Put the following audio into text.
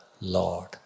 Lord